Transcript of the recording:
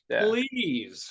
please